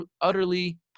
utterly